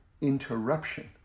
interruption